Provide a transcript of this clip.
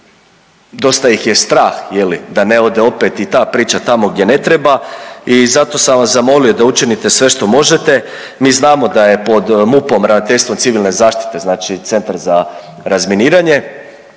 su dosta ih je strah je li da ne ode opet i ta priča tamo gdje ne treba i zato sam vas zamolio da učinite sve što možete. Mi znamo da je pod MUP-om Ravnateljstvo civilne zaštite, znači Centar za razminiranje.